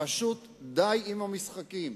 פשוט די עם המשחקים.